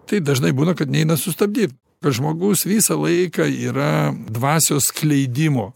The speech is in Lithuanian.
tai dažnai būna kad neina sustabdyt žmogus visą laiką yra dvasios skleidimo